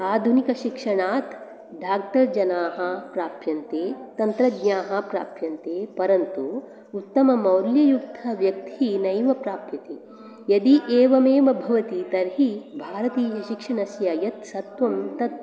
आधुनिकशिक्षणात् doctor जनाः प्राप्यन्ते तन्त्रज्ञाः प्राप्यन्ते परन्तु उत्तममौल्ययुक्तव्यक्तिः नैव प्राप्यते यदि एवमेव भवति तर्हि भारतीयशिक्षणस्य यत् सत्वं तत्